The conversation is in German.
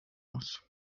muss